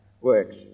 works